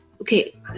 okay